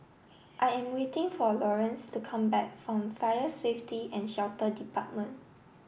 I am waiting for Laurence to come back from Fire Safety and Shelter Department